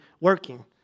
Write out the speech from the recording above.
working